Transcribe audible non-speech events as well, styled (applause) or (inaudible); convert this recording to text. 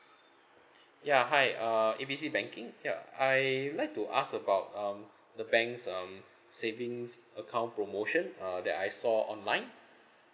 (breath) ya hi err A B C banking ya I would like to ask about um (breath) the bank's um savings account promotion uh that I saw online